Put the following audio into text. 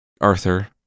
Arthur